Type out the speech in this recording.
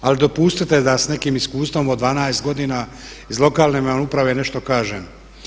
Ali dopustite da s nekim iskustvom od 12 godina iz lokalne uprave vam nešto kažem.